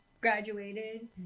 graduated